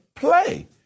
play